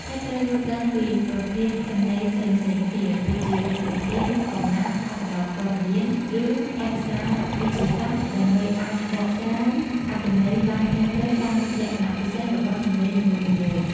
ហើយត្រូវយល់ដឹងពីប្រភេទសំណេរផ្សេងៗគ្នា ដូចជារឿងនិទាន កំណាព្យ អត្ថបទព័ត៌មាន ឬឯកសារវិទ្យាសាស្ត្រ ដើម្បីអាចបកស្រាយអត្ថន័យបានត្រឹមត្រូវតាមលក្ខណៈពិសេសរបស់សំណេរនីមួយៗ។